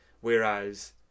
Whereas